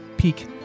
Peak